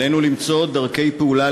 עלינו למצוא דרכי פעולה,